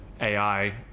AI